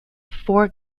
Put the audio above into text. four